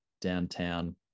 downtown